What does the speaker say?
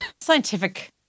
scientific